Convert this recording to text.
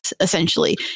essentially